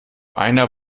einer